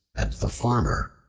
and the farmer